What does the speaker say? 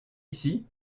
ici